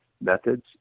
methods